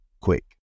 quick